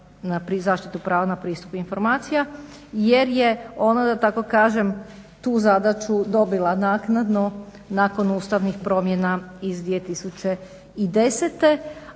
zaštitu prava na pristup informacija jer je ona da tako kažem tu zadaću dobila naknadno nakon ustavnih promjena iz 2010.,